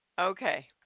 Okay